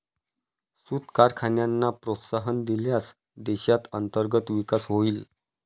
सूत कारखान्यांना प्रोत्साहन दिल्यास देशात अंतर्गत विकास होईल